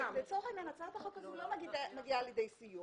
לצורך העניין, הצעת החוק הזאת לא מגיעה לידי סיום